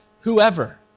whoever